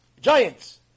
giants